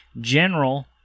General